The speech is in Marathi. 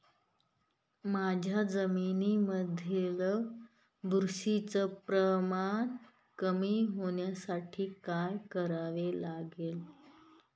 माझ्या जमिनीमधील बुरशीचे प्रमाण कमी होण्यासाठी काय करावे लागेल?